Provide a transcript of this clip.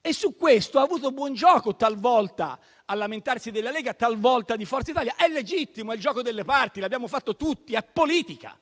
e su questo ha avuto buon gioco, talvolta a lamentarsi della Lega, talvolta di Forza Italia: è legittimo, è il gioco delle parti, l'abbiamo fatto tutti; è politica.